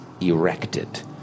erected